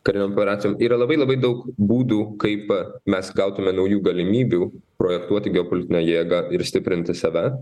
karinėm operacijom yra labai labai daug būdų kaip mes gautume naujų galimybių projektuoti geopolitinę jėgą ir stiprinti save